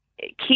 keep